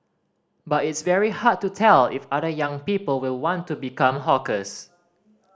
but it's very hard to tell if other young people will want to become hawkers